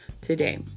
today